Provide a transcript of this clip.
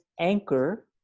anchor